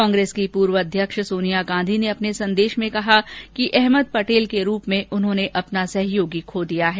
कांग्रेस की पूर्व अध्यक्ष सोनिया गांधी ने अपने संदेश में कहा कि अहमद पटेल के रूप में उन्होंने अपना सहयोगी खो दिया है